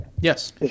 Yes